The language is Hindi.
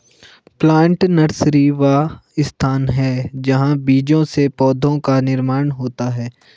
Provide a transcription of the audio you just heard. प्लांट नर्सरी वह स्थान है जहां बीजों से पौधों का निर्माण होता है